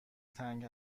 تنگ